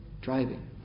driving